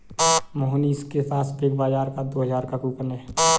मोहनीश के पास Big Bazaar का दो हजार का कूपन है